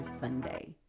Sunday